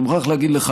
אני מוכרח להגיד לך,